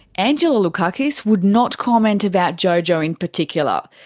angelo loukakis would not comment about jojo in particular.